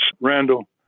Randall